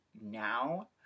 now